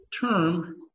term